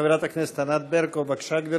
חברת הכנסת ענת ברקו, בבקשה, גברתי.